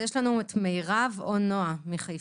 יש לנו את מירב או נועה מחיפה.